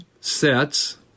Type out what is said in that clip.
sets